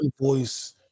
voice